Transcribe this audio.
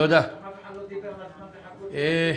תודה על הדיון המאוד חשוב הזה הוא מבורך.